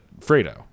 Fredo